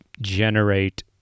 generate